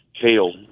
kale